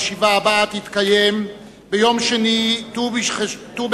הישיבה הבאה תתקיים ביום שני,